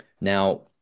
Now